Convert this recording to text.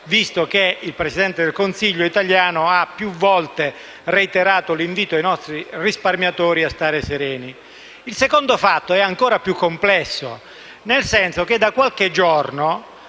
visto che il Presidente del Consiglio italiano ha più volte reiterato l'invito ai nostri risparmiatori a stare sereni. Il secondo fattore è ancora più complesso. Da qualche giorno